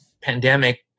pandemic